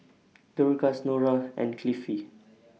Dorcas Nora and Cliffie